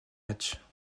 matches